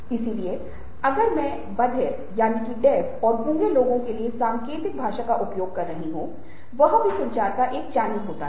इसलिए अगर मैं बधिर और गूंगे लोगों के लिए सांकेतिक भाषा का उपयोग कर रहा हूं वह भी संचार का एक चैनल होता है